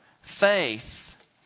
faith